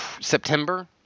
September